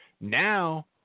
Now